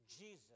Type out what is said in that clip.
Jesus